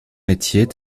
métiers